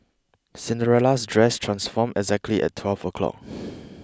Cinderella's dress transformed exactly at twelve o'clock